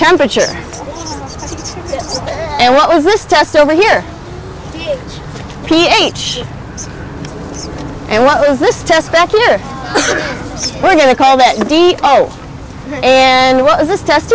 temperature and what was this test over here ph and what was this test back here we're going to call that oh and was this test